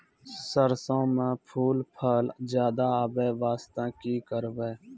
सरसों म फूल फल ज्यादा आबै बास्ते कि करबै?